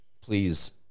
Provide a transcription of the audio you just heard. please